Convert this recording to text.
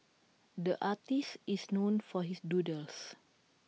the artist is known for his doodles